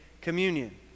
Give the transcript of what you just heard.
communion